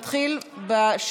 אנחנו נתחיל בשאילתה